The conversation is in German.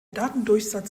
datendurchsatz